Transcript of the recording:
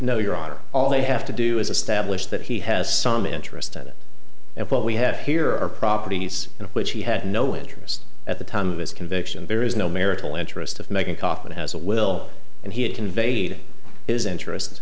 honor all they have to do is establish that he has some interest in it and what we have here are properties in which he had no interest at the time of his conviction there is no marital interest of making coffee and has a will and he had conveyed his interest